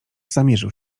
zamierzył